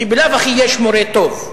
ולא בכל יישוב יש כל השירותים.